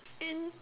in